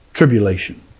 Tribulation